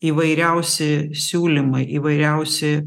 įvairiausi siūlymai įvairiausi